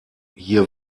hier